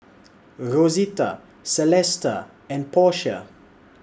Rosita Celesta and Portia